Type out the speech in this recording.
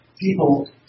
people